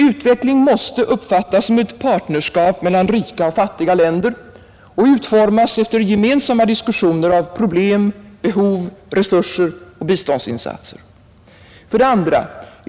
Utveckling måste uppfattas som ett partnerskap mellan rika och fattiga länder och utformas efter gemensamma diskussioner av problem, behov, resurser och biståndsinsatser. 2.